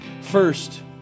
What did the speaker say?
First